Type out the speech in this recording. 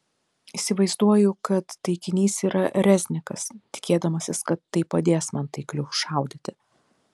įsivaizduoju kad taikinys yra reznikas tikėdamasis kad tai padės man taikliau šaudyti